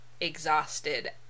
exhausted